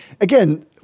again